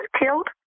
killed